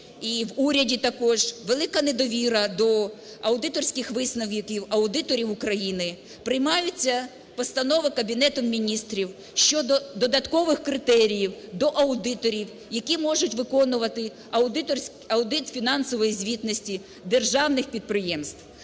і в уряді також велика недовіра до аудиторських висновків аудиторів України, приймаються постанови Кабінету Міністрів щодо додаткових критеріїв до аудиторів, які можуть виконувати аудит фінансової звітності державних підприємств.